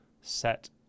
set